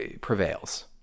prevails